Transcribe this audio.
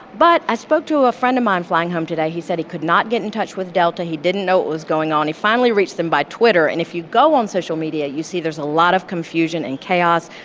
but i spoke to a friend of mine flying home today. he said he could not get in touch with delta. he didn't know it was going on. he finally reached them by twitter. and if you go on social media, you see there's a lot of confusion and chaos,